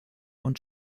und